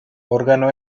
órgano